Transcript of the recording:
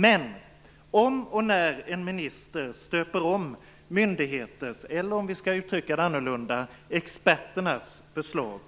Men om och när en minister stöper om myndighetens - eller om vi skall uttrycka det annorlunda, experternas - förslag,